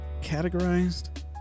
categorized